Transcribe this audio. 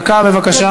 קדימה, דקה, בבקשה.